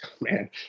Man